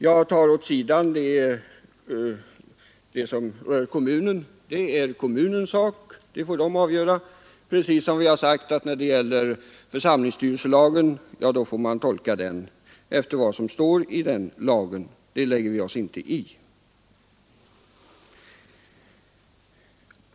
Jag lämnar åt sidan frågan om huruvida kommunerna skall lämna bidrag — det är deras sak att avgöra det, precis som vi har sagt att vi inte lägger oss i hur man tolkar församlingsstyrelselagen.